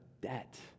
debt